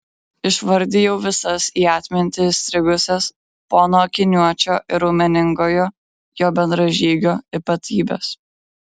išvardijau visas į atmintį įstrigusias pono akiniuočio ir raumeningojo jo bendražygio ypatybes